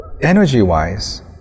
energy-wise